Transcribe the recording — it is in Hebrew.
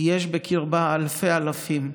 כי יש בקרבה אלפי אלפים,